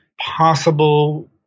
possible